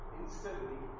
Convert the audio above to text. instantly